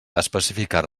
especificar